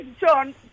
John